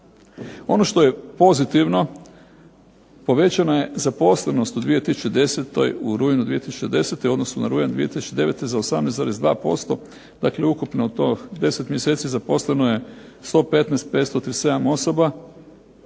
Ono što je pozitivno povećana je zaposlenost u 2010. u rujnu 2010. u odnosu na rujan 2009. za 18,2%. Dakle, ukupno to 10 mjeseci zaposleno je 115537 osoba.